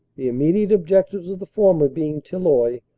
the im mediate objectives of the former being tilloy,